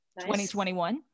2021